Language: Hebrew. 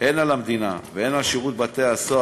הן על המדינה והן על שירות בתי-הסוהר,